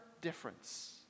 difference